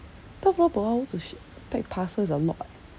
twelve dollar per hour to ship pack parcels is a lot eh